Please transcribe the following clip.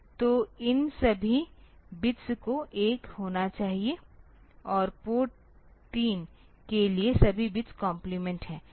तो इन सभी बिट्स को 1 होना चाहिए और पोर्ट 3 के लिए सभी बिट्स कॉम्प्लीमेंट हैं